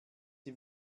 sie